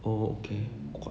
oh okay